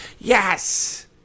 yes